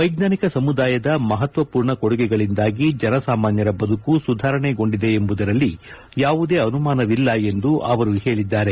ವೈಜ್ಞಾನಿಕ ಸಮುದಾಯದ ಮಪತ್ವರ್ಣರ್ಣ ಕೊಡುಗೆಗಳಿಂದಾಗಿ ಜನಸಾಮಾನ್ಯರ ಬದುಕು ಸುಧಾರಣೆಗೊಂಡಿದೆ ಎಂಬುದರಲ್ಲಿ ಯಾವುದೇ ಅನುಮಾನವಿಲ್ಲ ಎಂದು ಅವರು ಹೇಳಿದ್ದಾರೆ